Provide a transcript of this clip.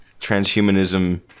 transhumanism